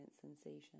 sensation